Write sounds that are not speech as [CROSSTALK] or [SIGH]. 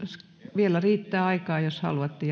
vielä riittää aikaa jos haluatte [UNINTELLIGIBLE]